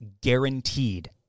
guaranteed